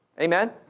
Amen